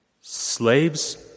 Slaves